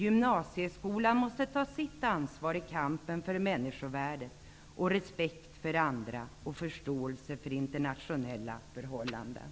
Gymnasieskolan måste ta sitt ansvar i kampen för människovärdet, respekt för andra och förståelse för internationella förhållanden.